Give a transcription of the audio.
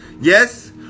yes